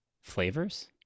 Flavors